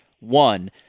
One